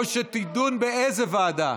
או שתדון באיזה ועדה?